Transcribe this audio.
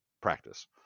practice